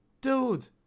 Dude